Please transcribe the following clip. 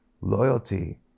Loyalty